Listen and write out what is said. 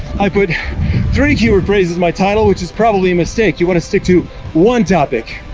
i put three keyword phrase as my title, which is probably a mistake. you wanna stick to one topic.